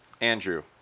Andrew